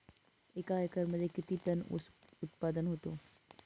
एका एकरमध्ये किती टन ऊस उत्पादन होतो?